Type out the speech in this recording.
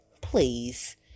Please